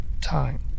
time